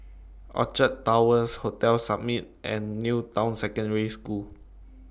Orchard Towers Hotel Summit and New Town Secondary School